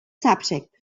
subject